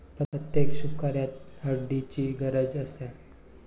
प्रत्येक शुभकार्यात हळदीची गरज असते